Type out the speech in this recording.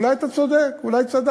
אולי אתה צודק, אולי צדקת.